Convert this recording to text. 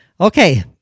Okay